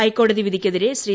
ഹൈക്കോടതി വിധിക്കെതിരെ ശ്രീ